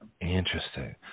Interesting